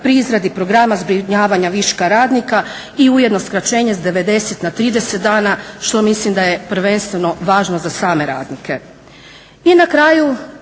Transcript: pri izradi programa zbrinjavanja viška radnika i ujedno skraćenje s 90 na 30 dana što mislim da je prvenstveno važno za same radnike.